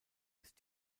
ist